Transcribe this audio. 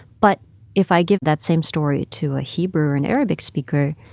but if i give that same story to a hebrew or an arabic speaker,